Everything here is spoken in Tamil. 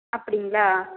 அப்படிங்களா